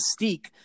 Mystique